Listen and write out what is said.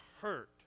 hurt